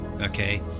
okay